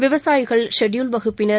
விவசாயிகள் ஷெட்யூல்டு வகுப்பினர்